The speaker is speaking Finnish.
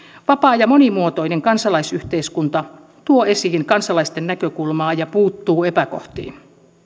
vapaa ja monimuotoinen kansalaisyhteiskunta tuo esiin kansalaisten näkökulmaa ja puuttuu epäkohtiin